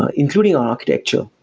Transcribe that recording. ah including architecture.